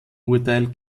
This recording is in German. urteil